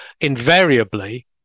invariably